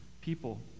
people